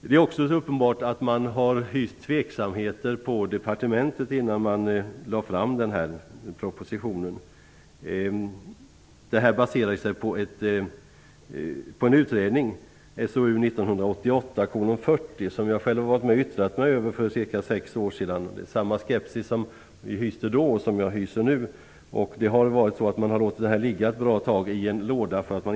Det är också uppenbart att man inom departementet har hyst tveksamheter innan man lade fram denna proposition. Den baserar sig på en utredning, SOU 1988:40, som jag själv yttrade mig över för cirka sex år sedan. Jag hyser nu samma skepsis som vi hyste då. Man har låtit ärendet ligga ett bra tag i en låda.